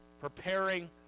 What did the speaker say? preparing